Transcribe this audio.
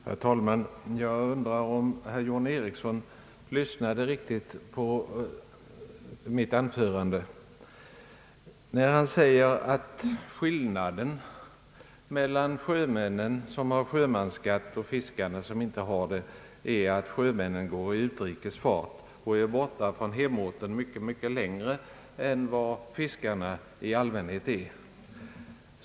Herr talman! Jag undrar om herr John Ericsson lyssnade riktigt på mitt anförande. Han säger att skillnaden mellan sjömännen och fiskarna är att sjömännen går i utrikesfart och är borta från hemorten mycket längre än vad fiskarna i allmänhet är.